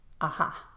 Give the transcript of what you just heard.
Aha